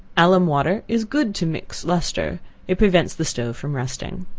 alum water is good to mix lustre it prevents the stove from rusting.